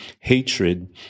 hatred